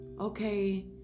okay